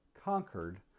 conquered